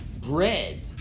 bread